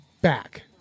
back